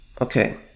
okay